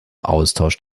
austausch